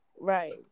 Right